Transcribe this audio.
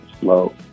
Slow